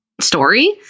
Story